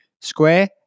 square